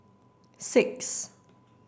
six